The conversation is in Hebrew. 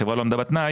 החברה לא עמדה בתנאי,